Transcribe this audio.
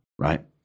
right